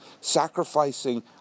Sacrificing